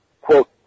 quote